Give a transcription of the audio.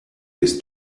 his